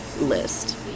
list